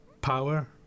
power